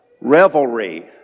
revelry